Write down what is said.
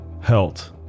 health